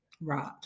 right